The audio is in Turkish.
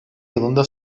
yılında